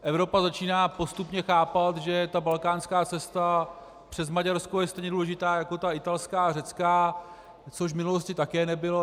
Evropa začíná postupně chápat, že balkánská cesta přes Maďarsko je stejně důležitá jako ta italská a řecká, což v minulosti také nebylo.